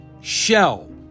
Shell